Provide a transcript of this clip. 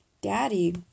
Daddy